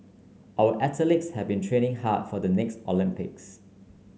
our athletes have been training hard for the next Olympics